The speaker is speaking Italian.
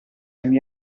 anni